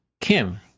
Kim